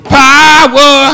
power